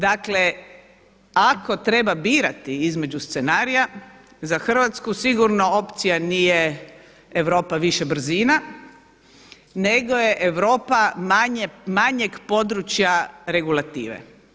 Dakle, ako treba birati između scenarija za Hrvatsku sigurno opcija nije Europa više brzina, nego je Europa manjeg područja regulative.